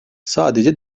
sadece